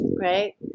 right